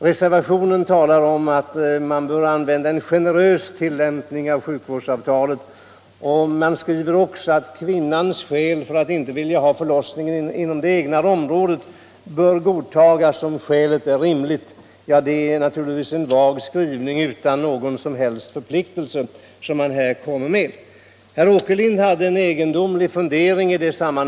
Reservationen talar om en generös tillämpning av sjuk vårdsavtalet och om att kvinnans skäl för att inte vilja ha förlossning inom det egna området bör godtas om skälen är rimliga. Det är en vag skrivning utan några som helst förpliktelser. Herr Åkerlind hade en egendomlig fundering.